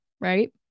right